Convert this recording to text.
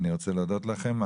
אני רוצה להודות לכם.